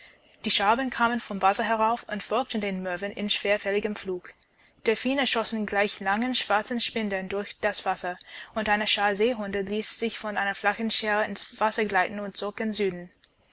die scharben kamen vom wasser herauf und folgten den möwen in schwerfälligem flug delphine schossen gleich langen schwarzen spindeln durch das wasser und eine schar seehunde ließ sich von einer flachen schäre ins wasser gleiten und zog gen süden